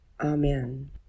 Amen